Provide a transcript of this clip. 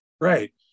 Right